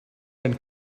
and